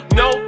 no